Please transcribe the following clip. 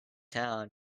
town